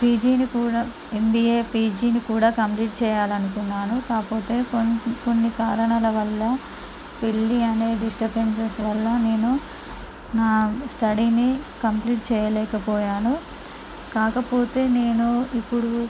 పీజీని కూడా ఎంబీఏ పీజీని కూడా కంప్లీట్ చేయాలనుకున్నాను కాకపోతే కొన్ని కొన్ని కారణాల వళ్ళ పెళ్లి అనేది స్టెప్ ఇంట్రెస్ట్ వళ్ళ నా స్టడీని కంప్లీట్ చేయలేకపోయాను కాకపోతే నేను ఇప్పుడు